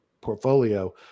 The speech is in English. portfolio